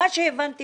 מה שהבנתי